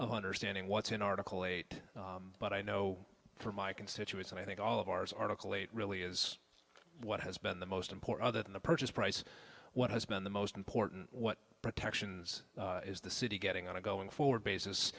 of understanding what's in article eight but i know from my constituents and i think all of ours article eight really is what has been the most important other than the purchase price what has been the most important what protections is the city getting on a going forward basis